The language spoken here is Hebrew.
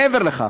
מעבר לכך,